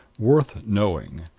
worth knowing.